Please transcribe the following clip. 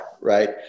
right